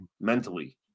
mentally